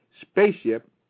spaceship